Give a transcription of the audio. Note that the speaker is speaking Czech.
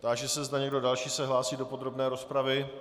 Táži se, zda někdo další se hlásí do podrobné rozpravy.